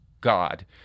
God